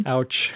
Ouch